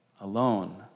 alone